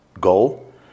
goal